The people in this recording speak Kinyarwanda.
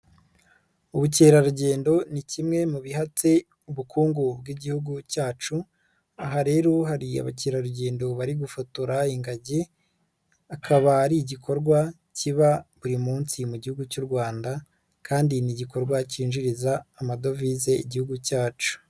Ubukerarugendo ni kimwe mu bihatse ubukungu bw'Igihugu cyacu, aha rero hari abakerarugendo bari gufotora ingagi akaba ari igikorwa kiba buri munsi mu Gihugu cy'u Rwanda kandi ni igikorwa kinjiriza amadovize Igihugu cyacu.